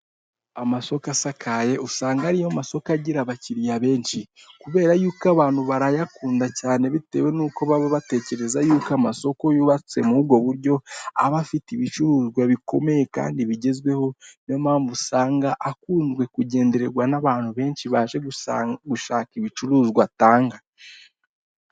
Amasoka asakaye usanga ariyo masoko agira abakiriya benshi, kubera yuko abantu barayakunda cyane bitewe n'uko baba batekereza yuko amasoko yubatse muri ubwo buryo aba afite ibicuruzwa bikomeye kandi bigezweho, niyo mpamvu usanga akunzwe kugendererwa n'abantu benshi baje gushaka ibicuruzwa atanga.